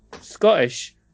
Scottish